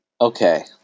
Okay